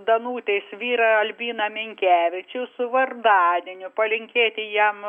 danutės vyrą albiną minkevičių su vardadieniu palinkėti jam